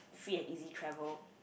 free and easy travel